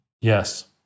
Yes